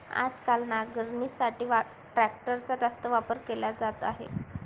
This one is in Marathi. आजकाल नांगरणीसाठी ट्रॅक्टरचा जास्त वापर केला जात आहे